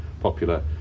popular